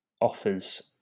offers